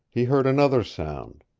he heard another sound.